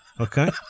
Okay